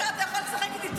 היא